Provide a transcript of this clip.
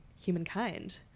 humankind